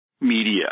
media